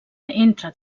entra